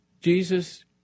Jesus